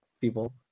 people